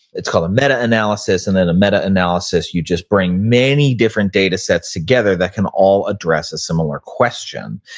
it's called a meta analysis and in a meta analysis, you just bring many different data sets together that can all address a similar question.